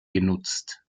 genutzt